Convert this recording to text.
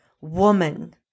woman